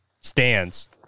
stands